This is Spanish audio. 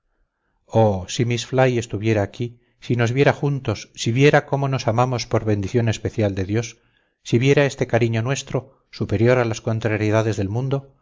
oh si miss fly estuviera aquí si nos viera juntos si viera cómo nos amamos por bendición especial de dios si viera este cariño nuestro superior a las contrariedades del mundo